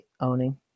owning